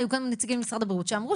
היו כאן נציגים של משרד הבריאות שאמרו